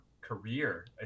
career